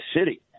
city